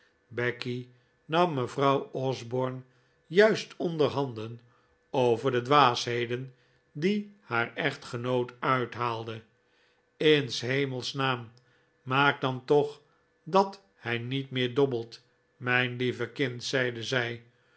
becky nam mevrouw osborne juist onderhanden over de dwaasheden die haar echtgenoot uithaalde in shemels naam maak dan toch dat hij niet meer dobbelt mijn lieve kind zeide zij